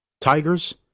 Tigers